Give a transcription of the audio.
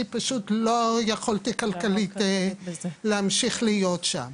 פשוט לא יכולתי כלכלית להמשיך להיות שם.